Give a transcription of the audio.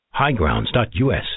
highgrounds.us